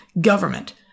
government